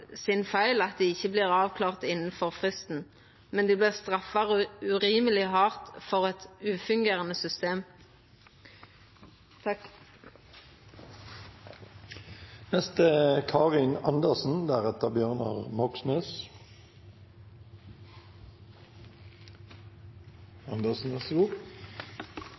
sin feil at dei ikkje vert avklarte innan fristen, men dei vert straffa urimeleg hardt for eit ufungerande system. Takk